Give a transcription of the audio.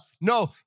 No